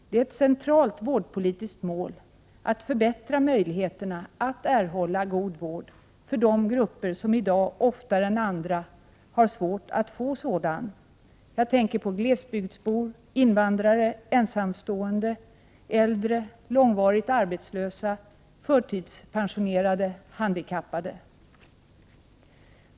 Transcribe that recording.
Det är ett centralt vårdpolitiskt mål att förbättra möjligheterna att erhålla god vård för de grupper som i dag oftare än andra har svårt att få sådan — exempelvis glesbygdsbor, invandrare, ensamstående, äldre, långvarigt arbetslösa, förtidspensionerade och handikappade.